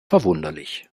verwunderlich